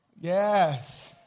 Yes